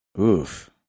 Oof